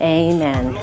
amen